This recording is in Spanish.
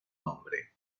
nombre